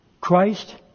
Christ